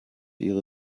ihre